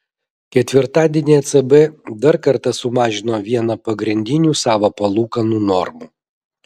ketvirtadienį ecb dar kartą sumažino vieną pagrindinių savo palūkanų normų